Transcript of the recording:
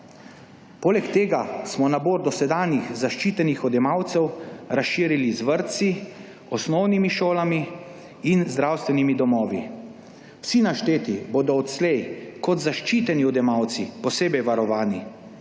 Poleg tega smo nabor dosedanjih zaščitenih odjemalcev razširili z vrtci, osnovnimi šolami in zdravstvenimi domovi. Vsi našteti bodo odslej kot zaščiteni odjemalci posebej varovani.